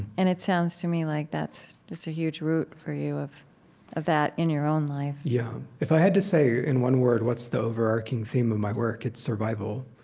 and it sounds to me like that's just a huge root for you of of that in your own life yeah. if i had to say in one word what's the overarching theme of my work, it's survival.